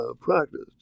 practiced